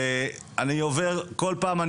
ואני עובר כל פעם,